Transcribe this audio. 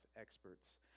experts